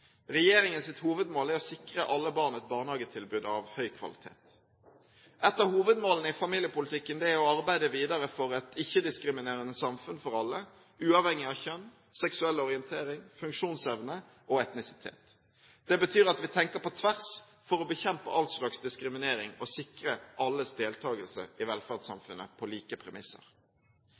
hovedmål er å sikre alle barn et barnehagetilbud av høy kvalitet. Et av hovedmålene i familiepolitikken er å arbeide videre for et ikke-diskriminerende samfunn for alle, uavhengig av kjønn, seksuell orientering, funksjonsevne og etnisitet. Det betyr at vi tenker på tvers for å bekjempe all slags diskriminering og sikrer alles deltakelse i velferdssamfunnet på like premisser.